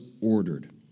ordered